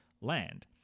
land